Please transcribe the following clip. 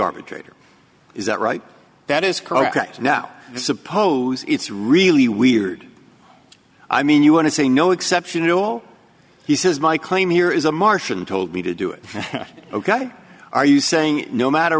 arbitrator is that right that is correct now i suppose it's really weird i mean you want to say no exception to all he says my claim here is a martian told me to do it ok are you saying no matter